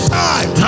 time